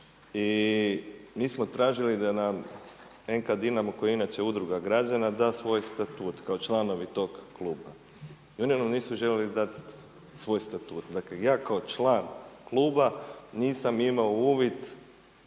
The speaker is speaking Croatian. I mi smo tražili da nam NK Dinamo koji je inače udruga građana da svoj statut kao članovi toga kluba. I oni nam nisu željeli dati svoj statut. Dakle ja kao član kluba nisam imao uvid